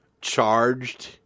charged